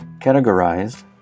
categorized